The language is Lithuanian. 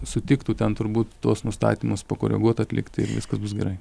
sutiktų ten turbūt tuos nustatymus pakoreguot atlikt ir viskas bus gerai